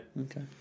Okay